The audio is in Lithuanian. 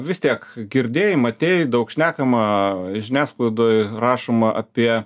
vis tiek girdėjai matei daug šnekama žiniasklaidoj rašoma apie